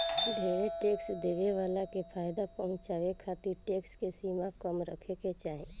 ढेरे टैक्स देवे वाला के फायदा पहुचावे खातिर टैक्स के सीमा कम रखे के चाहीं